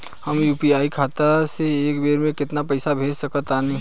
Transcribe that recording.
हम यू.पी.आई खाता से एक बेर म केतना पइसा भेज सकऽ तानि?